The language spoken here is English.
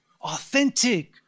Authentic